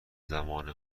زمان